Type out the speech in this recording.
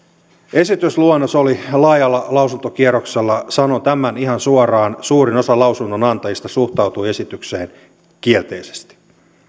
esitysluonnos oli laajalla lausuntokierroksella sanon tämän ihan suoraan suurin osa lausunnonantajista suhtautui esitykseen kielteisesti